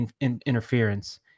interference